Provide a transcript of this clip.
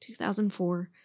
2004